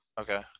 Okay